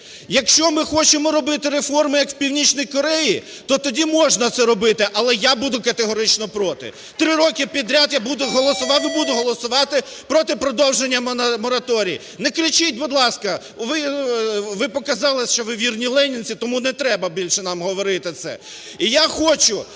Якщо ми хочемо робити реформи, як в Північній Кореї, то тоді можна це робити, але я буду категорично проти. Три роки підряд я буду… голосував і буду голосувати проти продовження мораторію. Не кричіть, будь ласка, ви показали, що ви вірні ленінці, тому не треба більше нам говорити це.